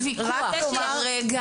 בדיוק, מי שיקבל --- על זה אין וויכוח.